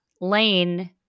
Lane